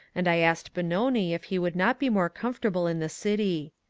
and i asked benoni if he would not be more comfortable in the city.